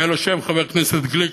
היה לו שם, חבר הכנסת גליק,